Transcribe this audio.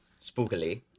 Spookily